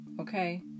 Okay